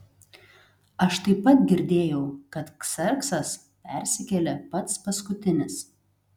aš taip pat girdėjau kad kserksas persikėlė pats paskutinis